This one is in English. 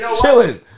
Chilling